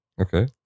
okay